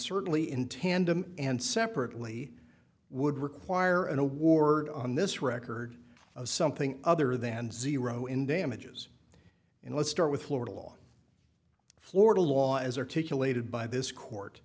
certainly in tandem and separately would require an award on this record of something other than zero in damages in let's start with florida law florida law as articulated by this court